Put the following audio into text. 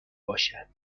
باشد